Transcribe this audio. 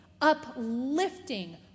uplifting